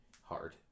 hard